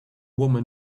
woman